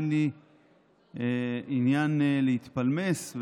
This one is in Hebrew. אין לי עניין להתפלמס.